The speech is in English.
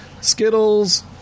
Skittles